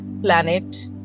Planet